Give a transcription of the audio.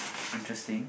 interesting